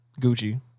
Gucci